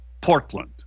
Portland